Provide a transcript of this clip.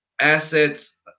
assets